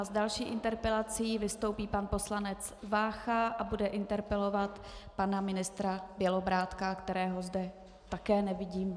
S další interpelací vystoupí pan poslanec Vácha a bude interpelovat pana ministra Bělobrádka, kterého zde také nevidím.